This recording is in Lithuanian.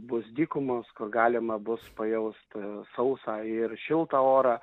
bus dykumos kur galima bus pajaust sausą ir šiltą orą